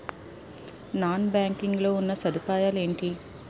Non banking లో ఉన్నా సదుపాయాలు ఎంటి?